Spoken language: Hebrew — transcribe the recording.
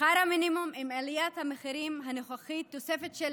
שכר המינימום, עם עליית המחירים הנוכחית, תוספת של